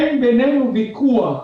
אין בינינו ויכוח,